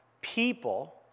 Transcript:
people